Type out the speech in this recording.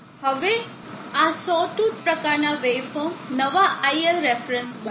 હવે આ sawtooth પ્રકારના વેવફોર્મ નવા iLref બનશે